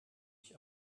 ich